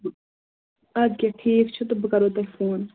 ادٕ کِیَاہ ٹھیٖک چھُ تہٕ بہٕ کَرو تۄہہِ فون